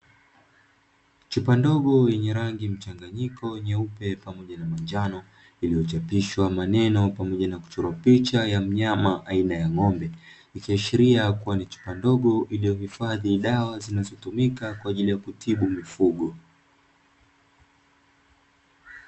Chupa ndogo yenye rangi mchanganyiko wa rangi nyeupe pamoja na njano, iliyochapishwa maneno na kuchorwa picha ya mnyama aina ya ng'ombe, ikiashiria kuwa ni chupa ndogo iliyohifadhi dawa zinazotumika kwaajili ya kutibu mifugo.